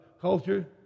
culture